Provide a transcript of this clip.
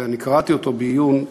ואני קראתי אותו בעיון,